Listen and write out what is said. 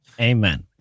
Amen